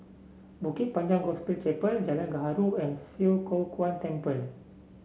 Bukit Panjang Gospel Chapel Jalan Gaharu and Swee Kow Kuan Temple